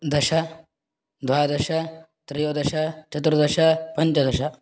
दश द्वादश त्रयोदश चतुर्दश पञ्चदश